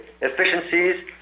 efficiencies